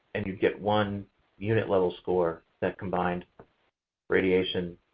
and you'd get one unit level score that combined radiation,